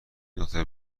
دختر